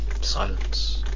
Silence